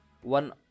One